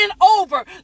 over